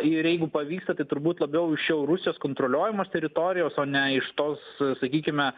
ir jeigu pavyksta tai turbūt labiau iš jau rusijos kontroliuojamos teritorijos o ne iš tos sakykime